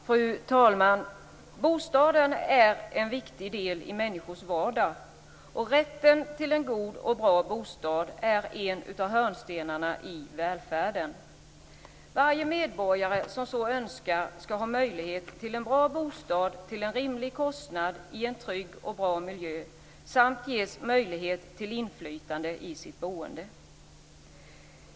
Fru talman! Bostaden är en viktig del i människors vardag, och rätten till en god och bra bostad är en av hörnstenarna i välfärden. Varje medborgare som så önskar skall ha möjlighet till en bra bostad till en rimlig kostnad i en trygg och bra miljö samt ges möjlighet till inflytande i sitt boende.